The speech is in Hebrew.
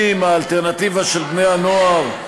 מה זה אומר,